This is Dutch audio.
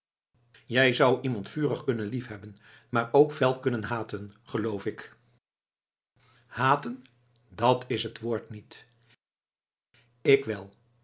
jij zoudt iemand vurig kunnen lief hebben maar ook fel kunnen haten geloof ik haten dat is t woord niet ik wel